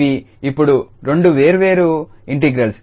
ఇవి ఇప్పుడు రెండు వేర్వేరు ఇంటిగ్రల్స్